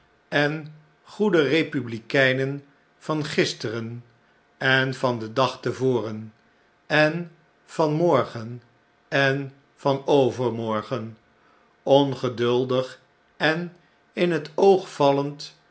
patriottenen goede republikeinen van gisteren en van den dag te voren en van morgen en vanovermorgen ongeduldig en in het oog vallend